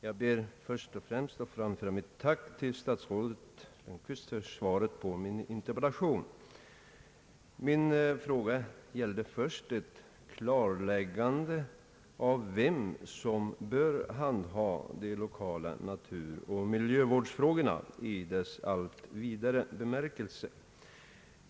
Herr talman! Jag ber att få framföra mitt tack till statsrådet Lundkvist för svaret på min interpellation. Min fråga avsåg i första hand ett klarläggande av vem som bör handha de lokala naturoch miljövårdsfrågorna i deras numera allt vidare bemärkelse.